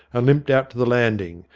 limped out to the landing,